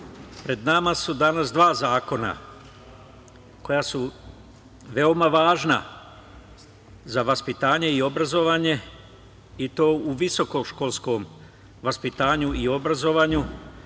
pred nama su danas dva zakona, koja su veoma važna za vaspitanje i obrazovanje, i to u visokoškolskom vaspitanju i obrazovanju